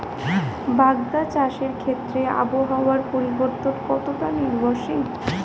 বাগদা চাষের ক্ষেত্রে আবহাওয়ার পরিবর্তন কতটা নির্ভরশীল?